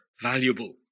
valuable